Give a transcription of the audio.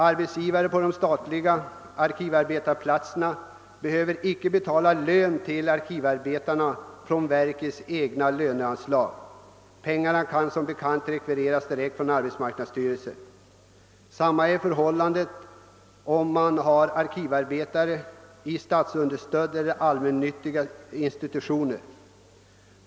Ar betsgivare på de olika statliga arkivarbetsplatserna behöver icke betala lön till arkivarbetare från verkets egna löneanslag, utan pengarna rekvireras direkt från arbetsmarknadsstyrelsen. Samma är förhållandet när arkivarbetare används i statsunderstödda eller allmännyttiga institutioner.